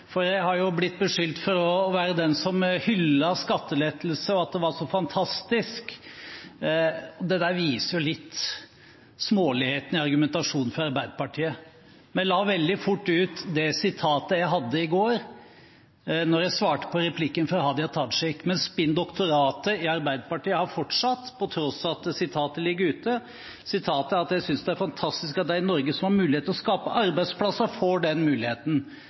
har hyllet skattelettelse, at det var så fantastisk, og det viser litt av småligheten i argumentasjonen fra Arbeiderpartiet. Vi la veldig fort ut sitatet fra det jeg svarte på replikken fra Hadia Tajik i går, men «spindoctoratet» i Arbeiderpartiet har fortsatt, på tross av at sitatet ligger ute. Sitatet er: «Jeg synes det er fantastisk at de i Norge som har mulighet til å skape arbeidsplasser, får den muligheten»,